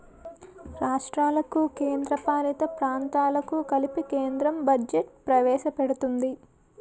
రాష్ట్రాలకు కేంద్రపాలిత ప్రాంతాలకు కలిపి కేంద్రం బడ్జెట్ ప్రవేశపెడుతుంది